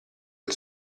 del